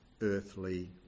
earthly